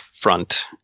front